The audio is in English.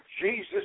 Jesus